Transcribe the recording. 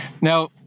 Now